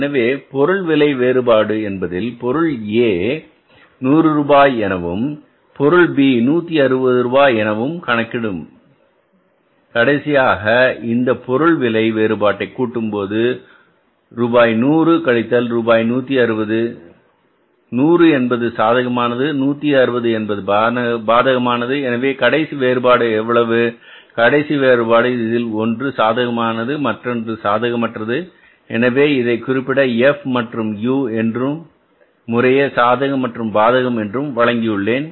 எனவே பொருள் விலை வேறுபாடு என்பதில் பொருள A 100 ரூபாய் எனவும் பொருள் B 160 ரூபாய் எனவும் கணக்கிடும் கடைசியாக இந்த பொருள் விலை வேறுபாட்டை கூட்டும்போது ரூபாய் 100 கழித்தல் ரூபாய் 160 ரூபாய் 100 என்பது சாதகமானது 160 என்பது பாதகமானது எனவே கடைசி வேறுபாடு எவ்வளவு கடைசி வேறுபாடு இதில் ஒன்று சாதகமானது மற்றொன்று சாதகமற்றது எனவே இதைக் குறிப்பிட F மற்றும் U என்றும் முறையே சாதகம் மற்றும் பாதகம் மாறுபாடு என்று வழங்கியுள்ளேன்